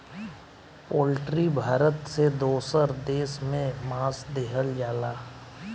poultry Bharat से दोसर देश में मांस देहल जाला